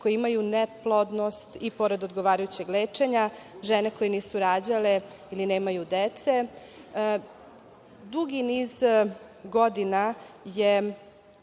koje imaju neplodnost i pored odgovarajućeg lečenja, žene koje nisu rađale ili nemaju dece. Dugi niz godina je